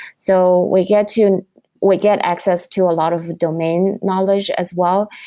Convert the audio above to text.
so we get to we get access to a lot of domain knowledge as well,